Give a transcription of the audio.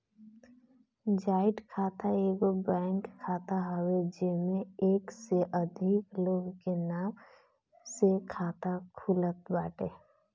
joint खाता एगो bank खाता हवे जेमे एक से अधिका लोग के नाम से खाता खुलत बाटे